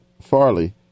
Farley